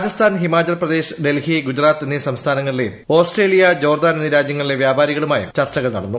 രാജസ്ഥാൻ ഹിമാചൽപ്രദേശ് ഡൽഹി ഗുജറാത്ത് എന്നീ സംസ്ഥാനങ്ങളിലെയും Australia Jordan എന്നീ രാജ്യങ്ങളിലെ വ്യാപാരികളുമായും ചർച്ചകൾ നടന്നു